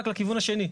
רק לכיוון השני.